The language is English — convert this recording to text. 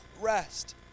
rest